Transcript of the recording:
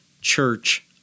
Church